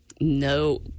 No